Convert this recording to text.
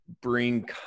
bring